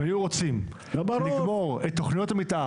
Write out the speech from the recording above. אם היו רוצים לגמור --- נו,